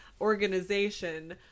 organization